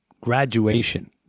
Graduation